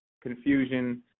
confusion